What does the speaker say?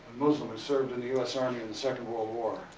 muslim who served in the u s. army in the second world war.